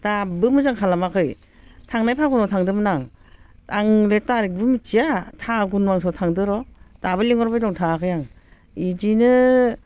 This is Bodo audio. दाबो मोजां खालामाखै थांनाय फागुनाव थांदोंमोन आं आं बे तारिकबो मिथिया फागुन मासाव थांदोंर' दाबो लिंहरबाय दं थाङाखै आं बिदिनो